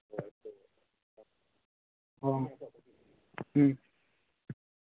ᱚ ᱦᱩᱸ